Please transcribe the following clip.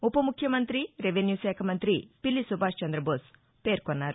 ఉప ముఖ్యమంత్రి రెవెన్యూశాఖ మంతి పిల్లి సుభాష్చంద్రబోస్ పేర్కొన్నారు